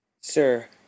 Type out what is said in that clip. Sir